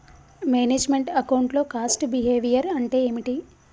Manage meant account లో cost behaviour అంటే ఏమిటి?